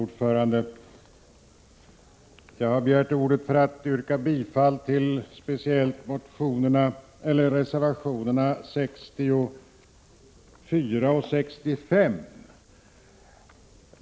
Fru talman! Jag har begärt ordet för att yrka bifall till reservationerna 64 och 65.